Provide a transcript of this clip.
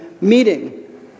meeting